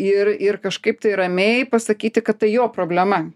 ir ir kažkaip tai ramiai pasakyti kad tai jo problema